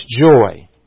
joy